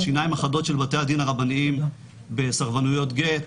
השיניים החדות של בתי הדין הרבניים בסרבנויות גט.